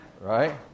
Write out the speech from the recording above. Right